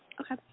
Okay